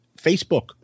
facebook